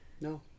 no